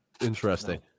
interesting